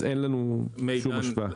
אז אין לנו שום השוואה.